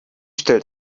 stellt